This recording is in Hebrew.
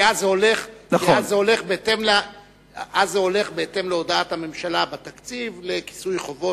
כי אז זה הולך בהתאם להודעת הממשלה בתקציב לכיסוי חובות,